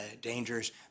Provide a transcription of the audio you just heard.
dangers